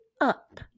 up